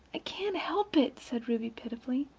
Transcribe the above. i can't help it, said ruby pitifully.